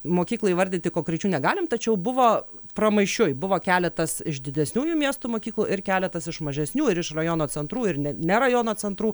mokyklų įvardyti konkrečių negalim tačiau buvo pramaišiui buvo keletas iš didesniųjų miestų mokyklų ir keletas iš mažesnių ir iš rajono centrų ir ne ne rajono centrų